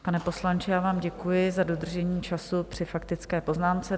Pane poslanče, já vám děkuji za dodržení času při faktické poznámce.